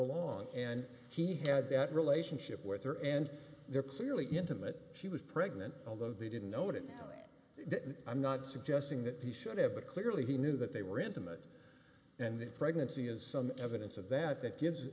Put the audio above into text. along and he had that relationship with her and they're clearly intimate she was pregnant although they didn't know it and i'm not suggesting that the should have but clearly he knew that they were intimate and that pregnancy is some evidence of that that gives